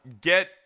get